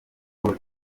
what